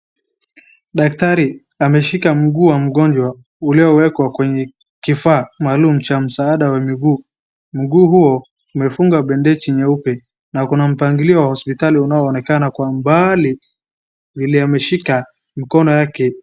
Daktari ameshika mguu wa mgonjwa uliowekwa kwenye kifaa maalum cha msaada wa miguu. Mguu huyo umefungwa bandeji nyeupe na kuna mpangilio wa hospitali unaoonekana kwa mbali, alivyoshika mkono wake.